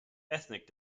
ethnic